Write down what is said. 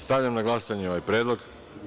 Stavljam na glasanje ovaj predlog.